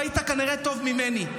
ראית כנראה טוב ממני,